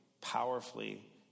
powerfully